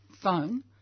phone